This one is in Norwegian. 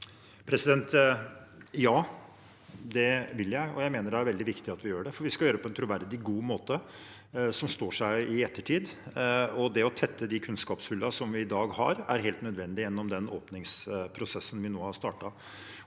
og jeg mener det er veldig viktig at vi gjør det, for vi skal gjøre det på en troverdig og god måte som står seg i ettertid. Det å tette de kunnskapshullene som vi i dag har, er helt nødvendig gjennom den åpningsprosessen vi nå har startet.